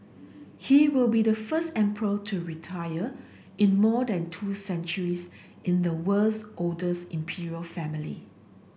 he will be the first emperor to retire in more than two centuries in the world's oldest imperial family